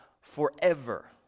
forever